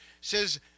says